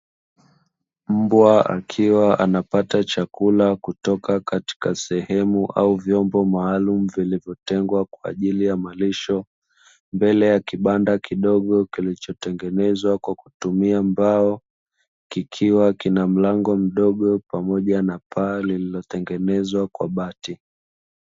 Mbwa akiwa anapata chakula kutoka katika sehemu au vyombo maalumu vilivyotengwa kwa ajili ya malisho, mbele ya kibanda kidogo kilichotengenezwa kwa kutumia mbao, kikiwa na mlango mdogo pamoja na paa lililotengenezwa kwa bati.